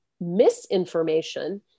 misinformation